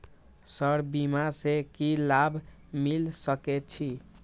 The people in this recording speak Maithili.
सर बीमा से की लाभ मिल सके छी?